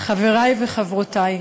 חברי חברי הכנסת,